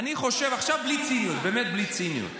עכשיו בלי ציניות, באמת בלי ציניות,